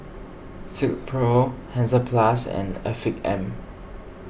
Silkpro Hansaplast and Afiq M